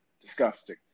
Disgusting